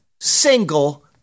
single